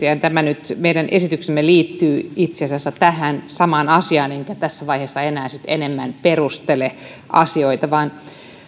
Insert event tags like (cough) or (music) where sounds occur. (unintelligible) ja tämä meidän esityksemme nyt liittyy itse asiassa tähän samaan asiaan enkä tässä vaiheessa enää sitten enemmän perustele asioita